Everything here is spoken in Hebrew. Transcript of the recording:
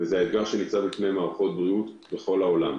כפי שזה אתגר שניצב בפני מערכות בריאות בכל העולם.